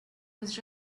was